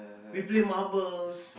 we play marbles